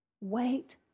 wait